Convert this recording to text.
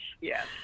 Yes